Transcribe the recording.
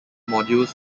modules